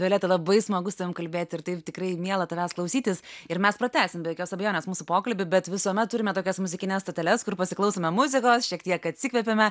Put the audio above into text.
violeta labai smagu su tavim kalbėti ir tai tikrai miela tavęs klausytis ir mes pratęsim be jokios abejonės mūsų pokalbį bet visuomet turime tokias muzikines stoteles kur pasiklausome muzikos šiek tiek atsikvepiame